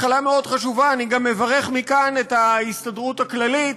אני גם מברך מכאן את ההסתדרות הכללית,